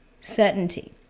certainty